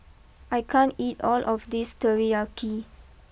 I can't eat all of this Teriyaki